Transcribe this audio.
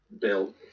Bill